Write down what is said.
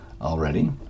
already